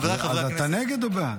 אז אתה נגד או בעד?